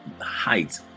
height